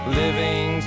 living